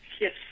Yes